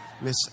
Miss